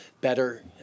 better